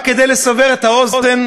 רק כדי לסבר את האוזן,